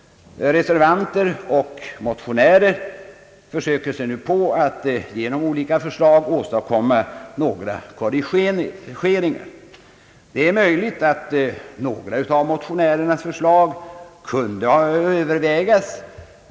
Reservanter och motionärer försöker nu att genom olika förslag åstadkomma några korrigeringar. Det är möjligt att några av motionärernas förslag kunde övervägas.